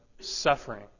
suffering